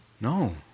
No